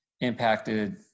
impacted